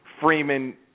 Freeman –